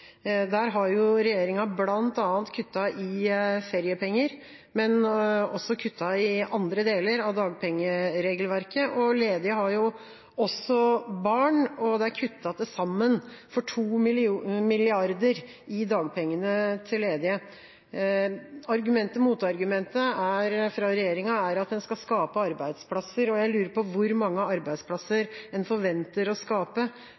har regjeringa bl.a. kuttet i feriepenger, men de har også kuttet i andre deler av dagpengeregelverket. Ledige har også barn, og det er til sammen kuttet 2 mrd. kr i dagpengene til ledige. Argumentet fra regjeringa er at en skal skape arbeidsplasser. Jeg lurer på hvor mange arbeidsplasser en forventer å skape